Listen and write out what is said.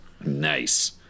Nice